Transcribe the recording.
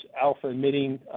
alpha-emitting